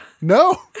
No